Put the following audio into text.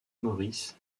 morris